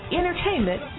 entertainment